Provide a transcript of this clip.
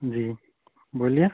جی بولیے